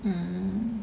mm